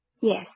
Yes